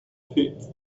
pit